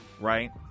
right